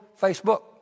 Facebook